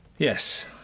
Yes